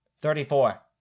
Thirty-four